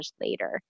later